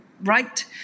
right